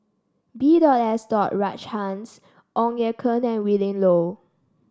B dot S dot Rajhans Ong Ye Kung and Willin Low